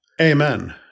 Amen